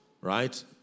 right